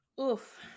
Oof